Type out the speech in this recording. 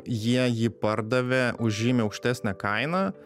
jie jį pardavė už žymiai aukštesnę kainą